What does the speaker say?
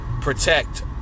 protect